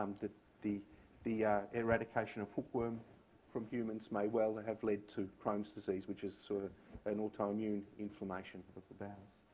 um the the eradication of hookworm from humans may well ah have led to chron's disease, which is sort of an autoimmune inflammation of the bowels.